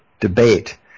debate